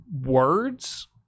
words